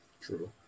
True